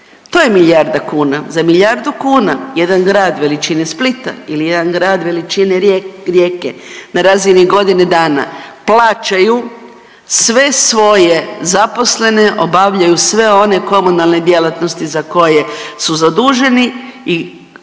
to je milijarda kuna. Za milijardu kuna jedan grad veličine Splita ili jedan grad veličine Rijeke na razini godine dana plaćaju sve svoje zaposlene, obavljaju sve one komunalne djelatnosti za koje su zaduženi i